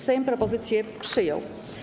Sejm propozycję przyjął.